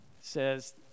says